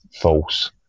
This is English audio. false